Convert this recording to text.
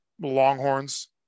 longhorns